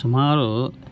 ಸುಮಾರು